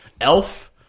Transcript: Elf